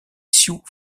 sioux